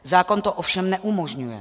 Zákon to ovšem neumožňuje.